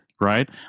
right